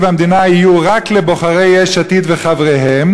המדינה יהיו רק לבוחרי יש עתיד וחבריהם,